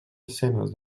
escenes